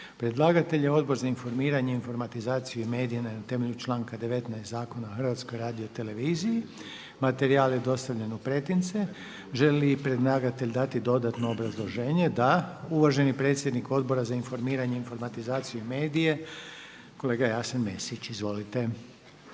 Predlagatelj je Odbor za informiranje, informatizaciju i medije na temelju članka 19. Zakona o Hrvatskoj radioteleviziji. Materijal je dostavljen u pretince. Želi li predlagatelj dati dodatno obrazloženje? Da. Uvaženi predsjednik Odbora za informiranje, informatizaciju i medije kolega Jasen Mesić. Izvolite.